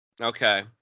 Okay